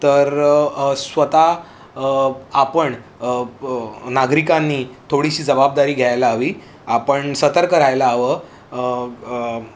तर स्वता आपण नागरिकांनी थोडीशी जबाबदारी घ्यायला हवी आपण सतर्क राहायला हवं